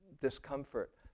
discomfort